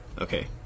Okay